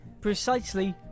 Precisely